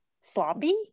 sloppy